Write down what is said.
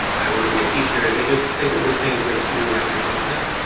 i want to be a teacher. they just think of the things they see right in front of them.